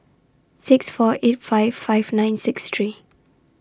six four eight five five nine six three